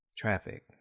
traffic